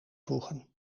voegen